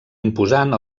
imposant